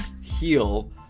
heal